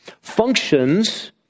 functions